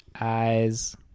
eyes